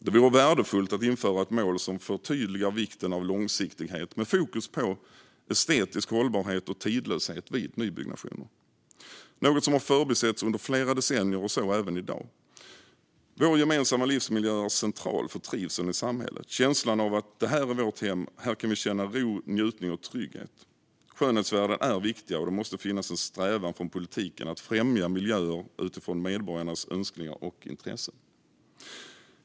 Det vore värdefullt att införa ett mål som förtydligar vikten av långsiktighet med fokus på estetisk hållbarhet och tidlöshet vid nybyggnationer, något som har förbisetts under flera decennier och så även i dag. Vår gemensamma livsmiljö är central för trivseln i samhället, känslan av att det här är vårt hem och här kan vi känna ro, njutning och trygghet. Skönhetsvärden är viktiga, och det måste finnas en strävan från politiken att främja miljöer utifrån medborgarnas önskningar och intressen.